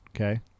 okay